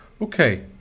okay